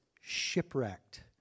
shipwrecked